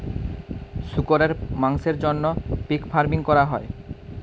শুকরের মাংসের জন্য পিগ ফার্মিং করা হয়